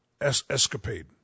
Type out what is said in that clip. escapade